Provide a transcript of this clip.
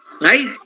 Right